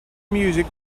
music